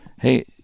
Hey